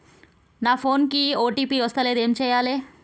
నా ఫోన్ కి ఓ.టీ.పి వస్తలేదు ఏం చేయాలే?